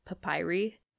papyri